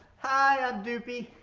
hi, i'm doopey.